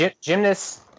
gymnast's